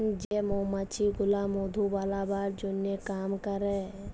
যে মমাছি গুলা মধু বালাবার জনহ কাম ক্যরে